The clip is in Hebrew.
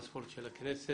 התרבות והספורט של הכנסת,